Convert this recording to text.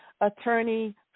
attorney